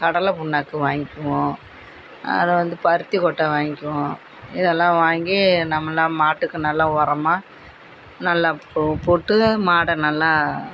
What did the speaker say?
கடலை புண்ணாக்கு வாங்கிக்குவோம் அப்புறம் வந்து பருத்திக் கொட்டை வாங்கிக்குவோம் இதெல்லாம் வாங்கி நம்மளாக மாட்டுக்கு நல்லா உரமா நல்லா போ போட்டு மாடை நல்லா